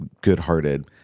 good-hearted